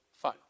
Fine